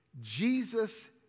Jesus